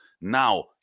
Now